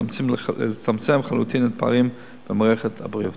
לצמצם לחלוטין את הפערים במערכת הבריאות.